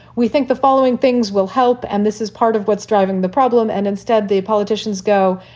we think the following things will help. and this is part of what's driving the problem. and instead, the politicians go,